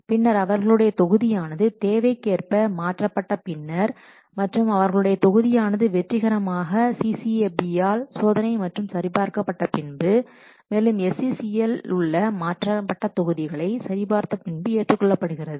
பின்னர் அவர்களுடைய தொகுதியானது தேவைக்கேற்ப மாற்றப்பட்ட பின்னர் மற்றும் அவர்களுடைய தொகுதியானது வெற்றிகரமாக CCB ஆல் சோதனை மற்றும் சரிபார்க்கப்பட்ட பின்னர் மேலும் SCCS இல் உள்ள மாற்றப்பட்ட தொகுதிகளை சரி பார்த்த பின்பு ஏற்றுக்கொள்ளப்படுகிறது